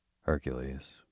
Hercules